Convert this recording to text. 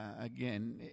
Again